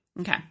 Okay